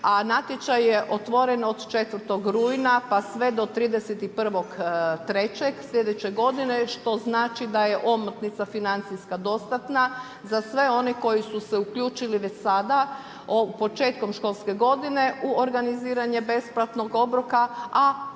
a natječaj je otvoren od 4. rujna pa sve do 31.3. sljedeće godine što znači da je omotnica financijska dostatna za sve one koji su se uključili već sada početkom školske godine u organiziranje besplatnog obroka,